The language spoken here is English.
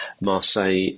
Marseille